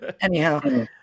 Anyhow